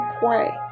pray